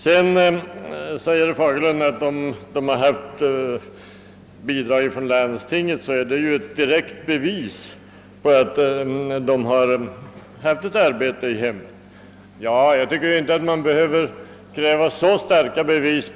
Herr Fagerlund framhöll att om någon har erhållit bidrag av landstinget, så är det ett direkt bevis för att vederbörande har haft arbete i hemmet. Jag anser dock inte att det behövs så starka bevis.